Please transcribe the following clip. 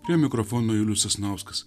prie mikrofono julius sasnauskas